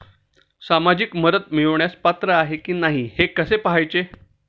सामाजिक मदत मिळवण्यास पात्र आहे की नाही हे कसे पाहायचे?